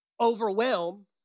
overwhelm